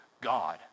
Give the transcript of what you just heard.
God